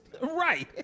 Right